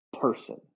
person